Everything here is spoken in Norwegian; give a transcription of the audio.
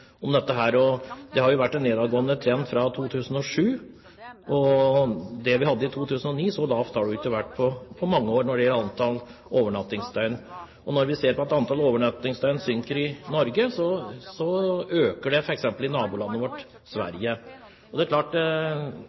dette. Det har vært en nedadgående trend fra 2007, og antallet overnattingsdøgn har ikke vært så lavt på mange år som det var i 2009. Og når antall overnattingsdøgn i Norge synker, så øker det f.eks. i vårt naboland Sverige. Reiseliv er en viktig næring. Det er